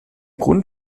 grund